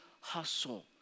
hustle